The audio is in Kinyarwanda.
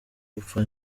gupfa